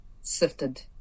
sifted